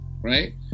right